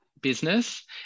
business